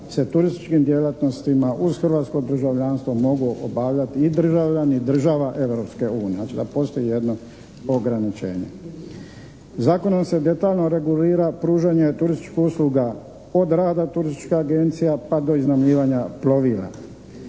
se turističkim djelatnostima uz hrvatsko državljanstvo mogu obavljati i državljani i država Europske unije. Znači, da postoji jedno ograničenje. Zakonom se detaljno regulira pružanje turističkih usluga od rada turističkih agencija pa do iznajmljivanja plovila.